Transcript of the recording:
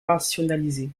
rationalisées